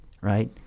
right